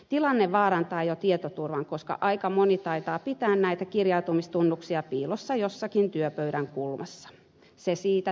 tilanne vaarantaa jo tietoturvan koska aika moni taitaa pitää näitä kirjautumistunnuksia piilossa jossakin työpöydän kulmassa se siitä tietoturvasta